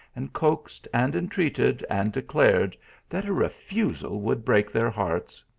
and coaxed and entreated, and declared that a refusal would break their hearts.